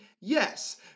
Yes